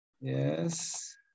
yes